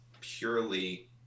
purely